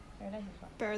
paradise is what